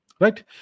right